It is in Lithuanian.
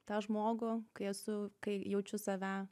tą žmogų kai esu kai jaučiu save